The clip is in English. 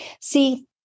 See